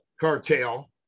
cartel